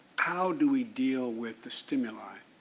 how do we deal with the stimuli?